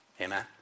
Amen